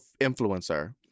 influencer